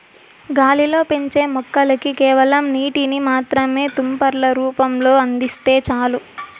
గాలిలో పెంచే మొక్కలకి కేవలం నీటిని మాత్రమే తుంపర్ల రూపంలో అందిస్తే చాలు